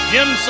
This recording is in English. Jim